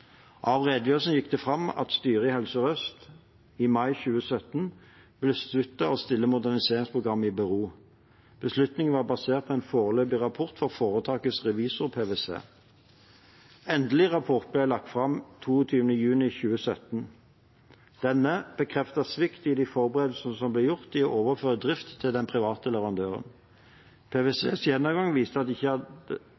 Av redegjørelsen gikk det fram at styret i Helse Sør-Øst i mai 2017 besluttet å stille moderniseringsprogrammet i bero. Beslutningen var basert på en foreløpig rapport fra foretakets revisor, PwC. Endelig rapport ble lagt fram 22. juni 2017. Denne bekreftet svikt i de forberedelsene som ble gjort for å overføre drift til den private leverandøren.